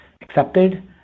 accepted